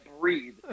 breathe